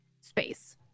space